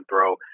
throw